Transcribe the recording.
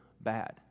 bad